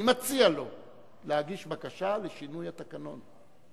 אני מציע לו להגיש בקשה לשינוי התקנון,